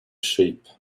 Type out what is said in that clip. sheep